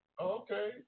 Okay